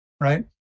right